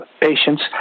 patients